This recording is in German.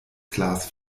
class